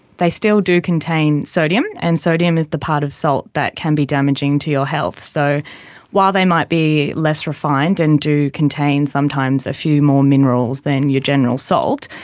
they still do contain sodium, and sodium is the part of salt that can be damaging to your health. so while they might be less refined and do contain sometimes a few more minerals than your general salt,